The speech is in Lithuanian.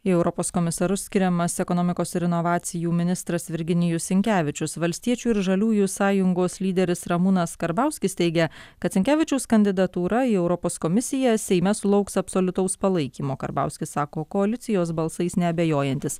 į europos komisarus skiriamas ekonomikos ir inovacijų ministras virginijus sinkevičius valstiečių ir žaliųjų sąjungos lyderis ramūnas karbauskis teigia kad sinkevičiaus kandidatūra į europos komisiją seime sulauks absoliutaus palaikymo karbauskis sako koalicijos balsais neabejojantis